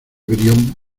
brión